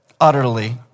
utterly